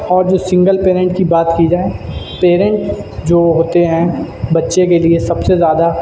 اور جو single parent کی بات کی جائے پیرینٹ جو ہوتے ہیں بچے کے لیے سب سے زیادہ